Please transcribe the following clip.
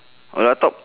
or la talk